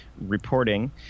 reporting